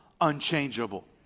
unchangeable